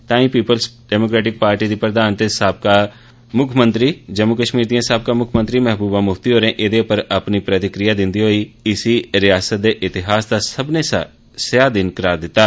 ताईं people's democratic party दी प्रधान ते जम्मू कश्मीर दी साबका मुक्खमंत्री महबूबा मुफ्ती होरें एह्दे उप्पर अपनी प्रतिक्रिया दिंदे होई इसी रिआसत दे इतिहास दा सब्मनें शा स्याह दिन करार दित्ता